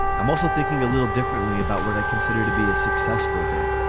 i'm also thinking a little differently about what i consider to be a successful day.